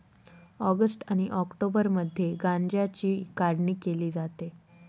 August आणि ऑक्टोबरमध्ये गांज्याची काढणी केली जाते